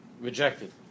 rejected